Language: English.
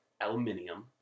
aluminium